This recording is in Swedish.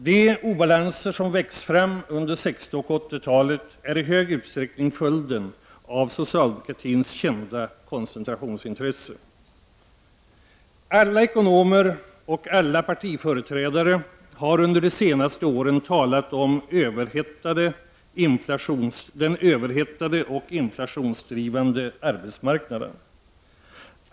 De obalanser som växt fram under 60 och 80-talet är i hög utsträckning följden av socialdemokratins kända koncentrationsintresse. Alla ekonomer och alla partiföreträdare har under de senaste åren talat om den överhettade och inflationsdrivande arbetsmarknaden.